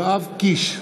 יואב קיש,